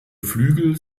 flügel